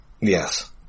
Yes